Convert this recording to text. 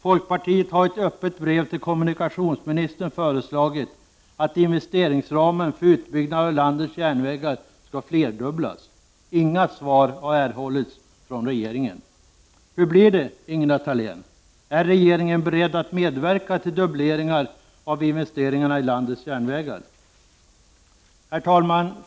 Folkpartiet har i ett öppet brev till kommunikationsministern föreslagit att investeringsramen för utbyggnaden av landets järnvägar skall flerdubblas. Hur blir det, Ingela Thalén: Är regeringen beredd att medverka till dubbleringar av investeringarna i landets järnvägar? Herr talman!